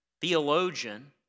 theologian